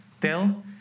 tell